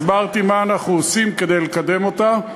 הסברתי מה אנחנו עושים כדי לקדם אותה.